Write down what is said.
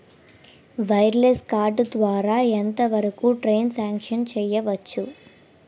Wireless card ద్వారా ఎంత వరకు ట్రాన్ సాంక్షన్ చేయవచ్చు?